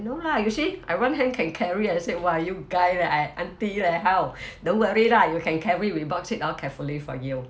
no lah you see I one hand can carry I said !wah! you guy leh I aunty leh how don't worry lah you can carry we box it out carefully for you